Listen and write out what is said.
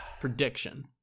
Prediction